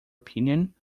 opinion